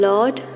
Lord